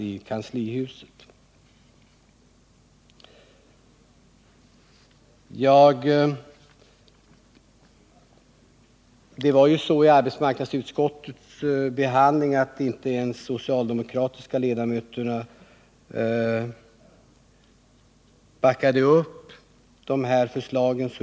Vid arbetsmarknads 15 mars 1979 utskottets behandling av årets motion backade inte ens de socialdemokratiska ledamöterna upp förslagen.